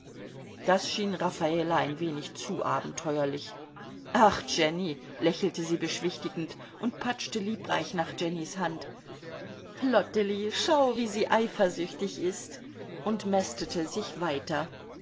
das schien raffala ein wenig zu abenteuerlich ach jenny lächelte sie beschwichtigend und patschte liebreich nach jennys hand lottely schau wie sie eifersüchtig ist und mästete sich weiter